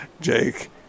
Jake